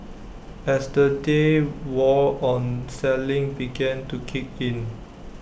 as the day wore on selling began to kick in